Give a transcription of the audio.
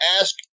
ask